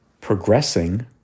Progressing